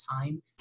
time